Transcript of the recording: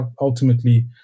ultimately